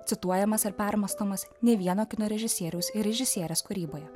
cituojamas ar permąstomas ne vieno kino režisieriaus ir režisierės kūryboje